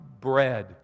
bread